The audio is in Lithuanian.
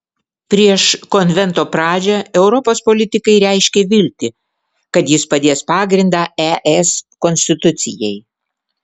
prieš konvento pradžią europos politikai reiškė viltį kad jis padės pagrindą es konstitucijai